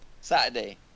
Saturday